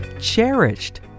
cherished